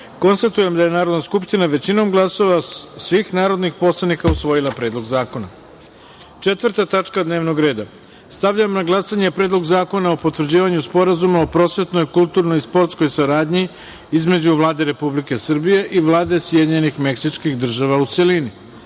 jedan. Konstatujem da je Narodna skupština većinom glasova svih narodnih poslanika usvojila Predlog zakona. Četvrta tačka dnevnog reda. Stavljam na glasanje Predlog zakona o potvrđivanju Sporazuma o prosvetnoj, kulturnoj i sportskoj saradnji između Vlade Republike Srbije i Vlade Sjedinjenih Meksičkih Država, u celini. Molim